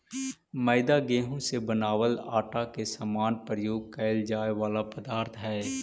मैदा गेहूं से बनावल आटा के समान प्रयोग कैल जाए वाला पदार्थ हइ